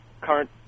current